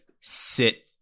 sit